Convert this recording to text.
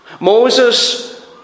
Moses